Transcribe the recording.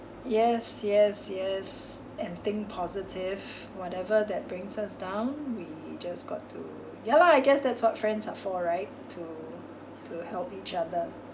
yes yes yes and think positive whatever that brings us down we just got to ya lah I guess that's what friends are for right to to help each other